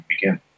begin